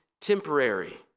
temporary